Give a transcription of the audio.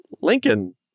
Lincoln